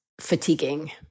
fatiguing